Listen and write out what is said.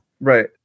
Right